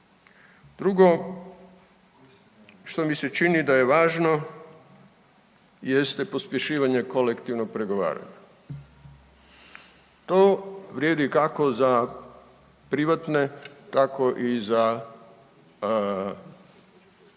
Drugo što mi se čini da je važno jeste pospješivanje kolektivnog pregovaranja. To vrijedi kako za privatne tako i za javne